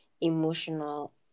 emotional